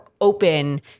open